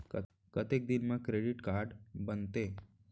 कतेक दिन मा क्रेडिट कारड बनते?